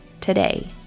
today